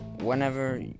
whenever